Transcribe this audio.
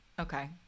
Okay